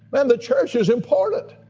but and the church is important.